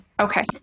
Okay